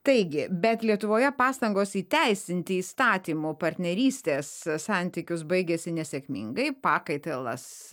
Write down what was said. taigi bet lietuvoje pastangos įteisinti įstatymų partnerystės santykius baigėsi nesėkmingai pakaitalas